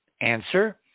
Answer